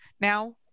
now